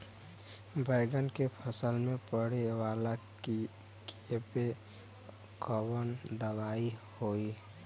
बैगन के फल में पड़े वाला कियेपे कवन दवाई होई?